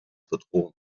bedrohung